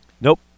Nope